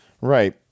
Right